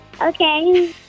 Okay